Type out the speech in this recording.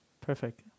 Perfect